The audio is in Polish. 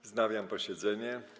Wznawiam posiedzenie.